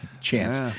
Chance